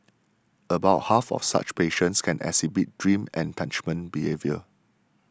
about half of such patients can exhibit dream enactment behaviour